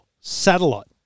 satellite